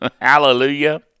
hallelujah